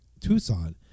Tucson